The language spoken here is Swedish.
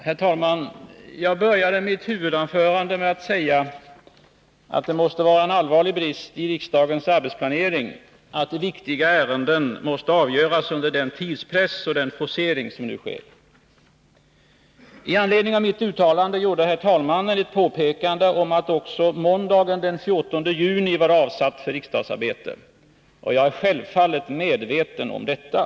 Herr talman! Jag började mitt huvudanförande med att säga att det måste vara en allvarlig brist i riksdagens arbetsplanering, när viktiga ärenden måste avgöras under den tidspress och med den forcering som nu sker. Med anledning av mitt uttalande gjorde herr talmannen ett påpekande om att också måndagen den 14 juni var reserverad för riksdagsarbete. Jag är självfallet medveten om detta.